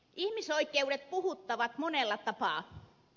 ihmisoikeudet puhuttavat monella tapaa